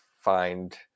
find